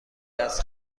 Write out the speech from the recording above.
دست